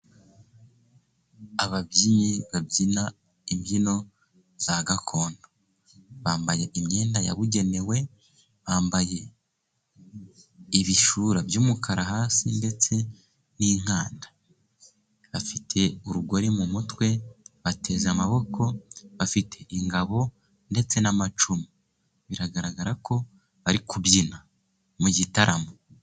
Ababyinnyi babyina imbyino za gakondo bambaye imyenda yabugenewe, bambaye ibishura by'umukara hasi ndetse n'inkanda, bafite urugori mu mutwe bateze amaboko, bafite ingabo ndetse n'amacumu, biragaragara ko bari kubyina mu gitaramo.